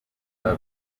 www